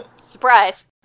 Surprise